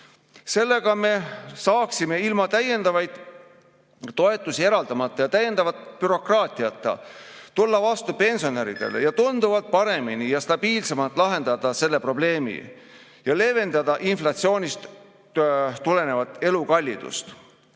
Sellega me saaksime ilma täiendavaid toetusi eraldamata ja täiendava bürokraatiata tulla vastu pensionäridele, tunduvalt paremini ja stabiilsemalt lahendada selle probleemi ja leevendada inflatsioonist tulenevat elukallidust.